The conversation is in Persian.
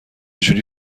جوری